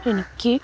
എനിക്ക്